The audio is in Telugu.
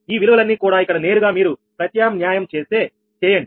ఈ విలువలన్నీ కూడా ఇక్కడ నేరుగా మీరు ప్రత్యామ్న్యాయం చేయండి